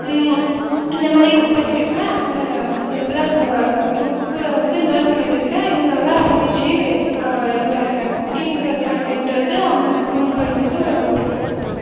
இந்தமாதிரி குக் பண்ணிகிட்டு இருக்கிறேன் அண்டு நான் இப்போ தான் குக்கு வந்து லேர்ன் பண்ணிகிட்டுருக்கேன் இன்னும் நல்லா சமைச்சு என்னோடய குக்கிங்கு டேலண்ட் வந்து அம்மாக்கு ப்ரூஃப் பண்ணுவேன்னு ஒரு ஹோப் இருக்குது